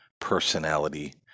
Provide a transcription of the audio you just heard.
personality